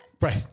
Right